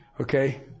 Okay